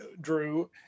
Drew